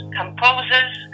composers